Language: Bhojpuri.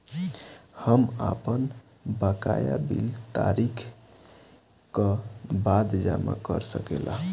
हम आपन बकाया बिल तारीख क बाद जमा कर सकेला?